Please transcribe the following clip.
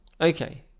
Okay